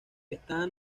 está